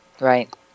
Right